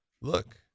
look